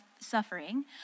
suffering